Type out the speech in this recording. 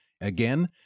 Again